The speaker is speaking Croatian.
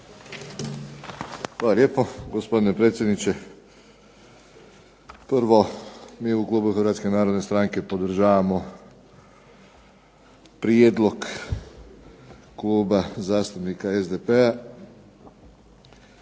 Hvala lijepo gospodine predsjedniče. Prvo, mi u klubu Hrvatske narodne stranke podržavamo prijedlog Kluba zastupnika SDP-a